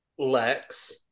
Lex